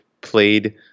played